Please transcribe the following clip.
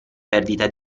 perdita